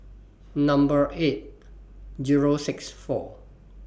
Number eight Zero six four